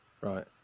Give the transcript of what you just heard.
Right